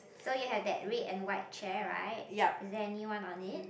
so you have that red and white chair right is there anyone on it